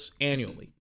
annually